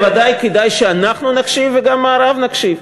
בוודאי כדאי שאנחנו נקשיב וגם המערב יקשיב.